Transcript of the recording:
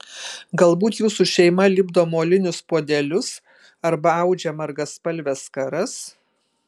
galbūt jūsų šeima lipdo molinius puodelius arba audžia margaspalves skaras